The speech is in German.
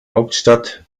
hauptstadt